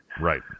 Right